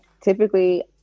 Typically